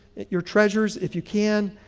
your treasures if you can.